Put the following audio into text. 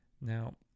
Now